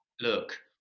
look